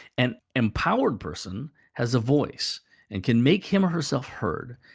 an empowered person has a voice and can make him or herself heard.